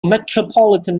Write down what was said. metropolitan